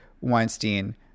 Weinstein